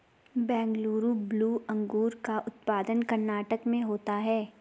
Bengaluru blue अंगूर का उत्पादन कर्नाटक में होता है